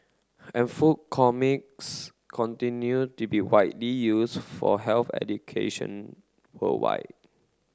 and food comics continue to be widely use for health education worldwide